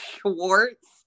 Schwartz